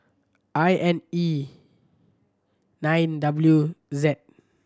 I N E nine W Z